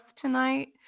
tonight